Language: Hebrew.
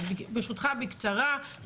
אז ברשותך בקצרה.